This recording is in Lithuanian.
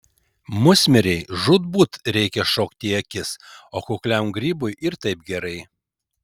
musmirei žūtbūt reikia šokti į akis o kukliam grybui ir taip gerai